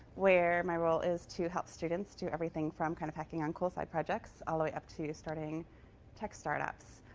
where my role is to help students do everything from kind of hacking on cool side projects, all the way up to to starting tech startups.